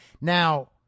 Now